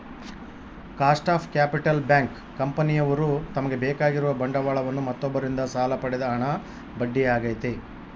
cost of capital bank, ಕಂಪನಿಯವ್ರು ತಮಗೆ ಬೇಕಾಗಿರುವ ಬಂಡವಾಳವನ್ನು ಮತ್ತೊಬ್ಬರಿಂದ ಸಾಲ ಪಡೆದ ಹಣ ಬಡ್ಡಿ ಆಗೈತೆ